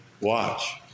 Watch